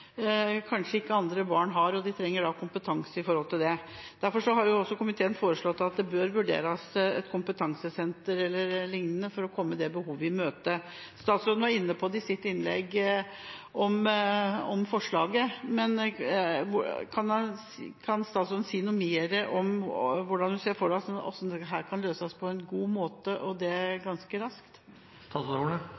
kanskje ikke andre barn har. Det trengs kompetanse på det. Derfor har komiteen foreslått at det bør vurderes kompetansesenter eller lignende for å komme det behovet i møte. Statsråden var inne på forslaget til vedtak i sitt innlegg. Kan statsråden si noe mer om hvordan hun ser for seg at dette kan løses på en god måte – og ganske raskt? Forslaget til vedtak fra komiteen går ut på at vi skal utrede nærmere hvilken oppfølging adoptivforeldre trenger etter adopsjon. Det er